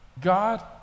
God